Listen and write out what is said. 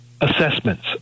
assessments